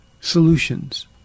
solutions